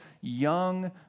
young